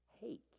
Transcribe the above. Hate